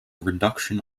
reduction